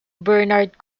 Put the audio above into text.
bernard